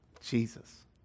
Jesus